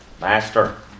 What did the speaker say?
Master